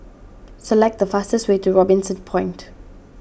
select the fastest way to Robinson Point